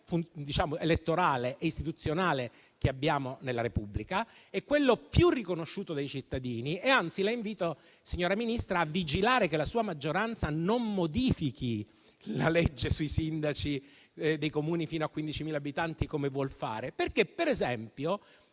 sistema elettorale e istituzionale che abbiamo nella Repubblica; è quello più riconosciuto dai cittadini e, anzi, la invito, signora Ministra, a vigilare che la sua maggioranza non modifichi la legge sui sindaci dei Comuni fino a 15.000 abitanti, come vuol fare. Quella legge,